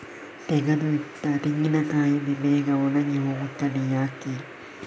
ತೆಗೆದು ಇಟ್ಟ ತೆಂಗಿನಕಾಯಿ ಬೇಗ ಒಣಗಿ ಹೋಗುತ್ತದೆ ಯಾಕೆ?